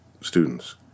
students